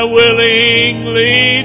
willingly